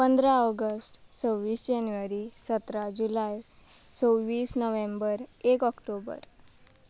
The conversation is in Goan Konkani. पंदरा ऑगस्ट सव्वीस जानेवारी सतरा जुलय सव्वीस नोव्हेंबर एक ऑक्टोबर